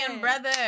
brother